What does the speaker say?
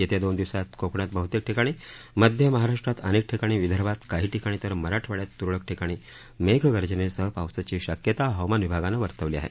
येत्या दोन दिवसांत कोकणात बहतेक ठिकाणी मध्य महाराष्ट्रात अनेक ठिकाणी विदर्भात काही ठिकाणी तर मराठवाइयात तुरळक ठिकाणी मेघ गर्जनेसह पावसाची शक्यता हवामान विभागानं वर्तवली आहे